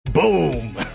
Boom